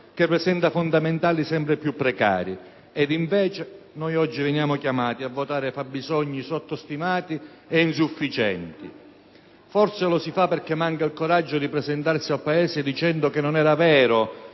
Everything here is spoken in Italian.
che presenta fondamentali sempre più precari. Ed invece, oggi, siamo chiamati a votare fabbisogni sottostimati e insufficienti. Forse lo si fa perché manca il coraggio di presentarsi al Paese dicendo che non era vero